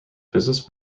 business